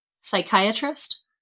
psychiatrist